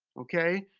okay?